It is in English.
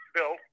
Bill